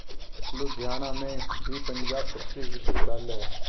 लुधियाना में भी पंजाब कृषि विश्वविद्यालय है